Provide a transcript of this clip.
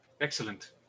Excellent